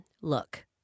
Look